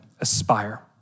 Aspire